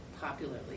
popularly